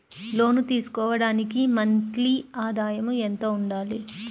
లోను తీసుకోవడానికి మంత్లీ ఆదాయము ఎంత ఉండాలి?